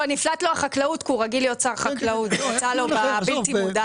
נפלט לו חקלאות כי הוא רגיל להיות שר החקלאות; זה יצא לו בבלתי מודע.